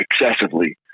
excessively